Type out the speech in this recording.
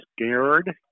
scared